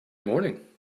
morning